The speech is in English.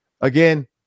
again